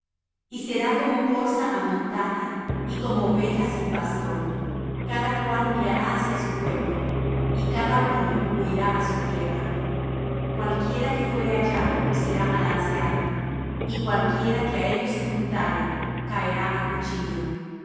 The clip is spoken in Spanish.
y será que como corza amontada y como oveja sin pastor cada cual mirará hacia su pueblo y cada uno huirá á su tierra cualquiera que fuere hallado será alanceado y cualquiera que á ellos se juntare caerá á cuchillo